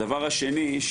הדבר השני,